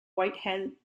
whitehead